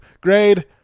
Grade